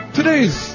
Today's